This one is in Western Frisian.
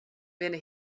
binne